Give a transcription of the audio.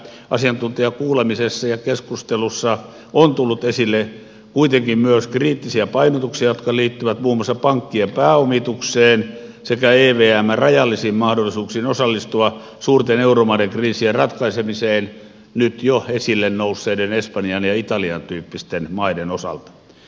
asiantuntijakuulemisessa ja keskustelussa on tullut esille kuitenkin myös kriittisiä painotuksia jotka liittyvät muun muassa pank kien pääomitukseen sekä evmn rajallisiin mahdollisuuksiin osallistua suurten euromaiden kriisien ratkaisemiseen nyt jo esille nousseiden espanjan ja italian tyyppisten maiden osalta